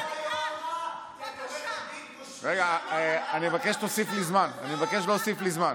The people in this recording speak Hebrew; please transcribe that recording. אני מבקש להוסיף לי זמן.